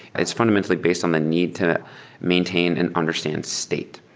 it's fundamentally based on the need to maintain and understand state.